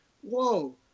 whoa